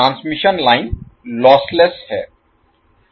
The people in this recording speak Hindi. ट्रांसमिशन लाइन लॉसलेस है